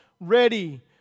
ready